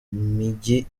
mijyi